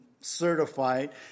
certified